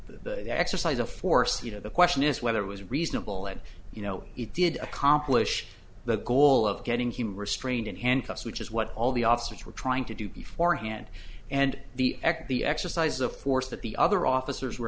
the exercise of force you know the question is whether it was reasonable and you know it did accomplish the goal of getting him restrained in handcuffs which is what all the officers were trying to do before hand and the eck the exercise the force that the other officers were